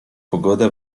pogoda